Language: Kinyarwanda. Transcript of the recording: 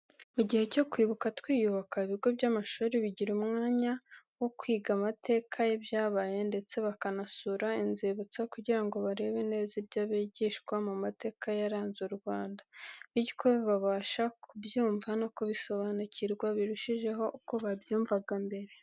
Mu gihe cyo kwibuka twiyubaka, ibigo by'amashuri bigira umwanya wo kwiga amateka y'ibyabaye ndetse bakanasura inzibutso, kugira ngo barebe neza ibyo bigishwa mu mateka yaranze u Rwanda. Bityo babasha kubyumva no kubisobanukirwa birushijeho uko babyumvaga mbere.